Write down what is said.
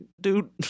dude